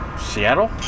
Seattle